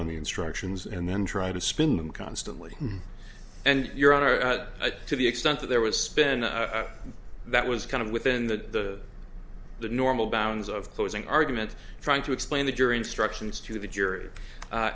on the instructions and then try to spin them constantly and your honor to the extent that there was spin that was kind of within the normal bounds of closing argument trying to explain the jury instructions to the jury a